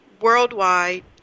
worldwide